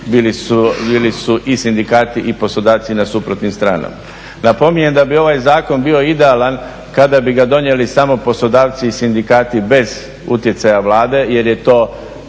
bili su i sindikati i poslodavci na suprotnim stranama. Napominjem da bi ovaj zakon bio idealan kada bi ga donijeli samo poslodavci i sindikati bez utjecaja Vlade, jer je to